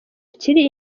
kiri